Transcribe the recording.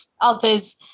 others